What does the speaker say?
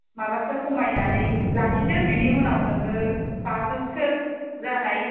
माबासो खमायनानै लाखिदो बिनि उनाव नोङो बाजौसो जानाय